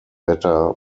better